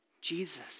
Jesus